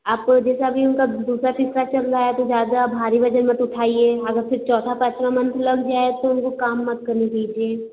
आपको जैसा भी उनका दूसरा तीसरा चल रहा है तो ज़्यादा भारी वज़न मत उठाइए अगर फिर चौथा पाँचवा मन्थ लग जाए तो उनको काम मत करने दीजिए